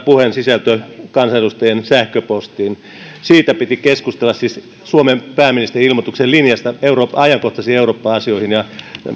puheen sisältö kansanedustajien sähköpostiin siitä piti keskustella siis suomen pääministerin ilmoituksen linjasta ajankohtaisiin eurooppa asioihin ja